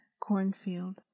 cornfield